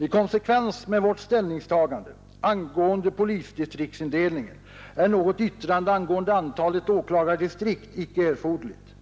I konsekvens med vårt ställningstagande angående polisdistriktsindelningen är något yttrande om antalet åklagardistrikt icke erforderligt.